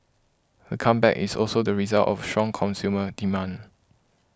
the comeback is also the result of strong consumer demand